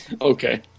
Okay